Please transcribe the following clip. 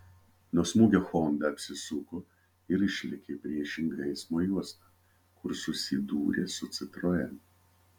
nuo smūgio honda apsisuko ir išlėkė į priešingą eismo juostą kur susidūrė su citroen